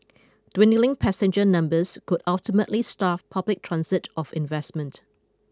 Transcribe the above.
dwindling passenger numbers could ultimately starve public transit of investment